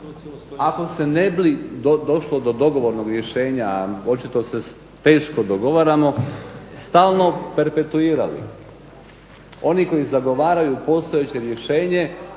ako se ne bi došlo do dogovornog rješenja a očito se teško dogovaramo stalno perpetuirali. Oni koji zagovaraju postojeće rješenje